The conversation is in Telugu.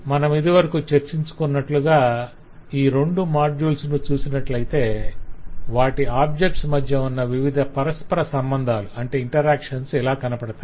మనం ఇదివరకు చర్చించుకున్నట్లుగా ఈ రెండు మాడ్యుల్స్ ను చూసినట్లయితే వాటి ఆబ్జెక్ట్స్ మధ్య ఉన్న వివిధ పరస్పర సంబంధాలు ఇలా కనపడుతాయి